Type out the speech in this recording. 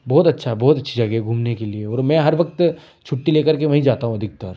बहुत अच्छा है बहुत अच्छी जगह घूमने के लिए और मैं हर वक्त छुट्टी लेकर के वहीं जाता हूँ अधिकतर